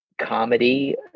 comedy